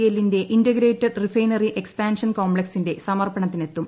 എല്ലിന്റെ integrated refinery expansion കോംപ്ലക്സിന്റെ സമർപ്പണത്തിനെത്തും